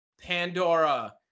Pandora